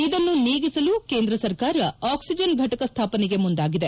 ಇದನ್ನು ನೀಗಿಸಲು ಕೇಂದ್ರ ಸರ್ಕಾರ ಆಕ್ಲಿಜನ್ ಫಟಕ ಸ್ಥಾಪನೆಗೆ ಮುಂದಾಗಿದೆ